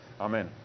Amen